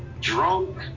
drunk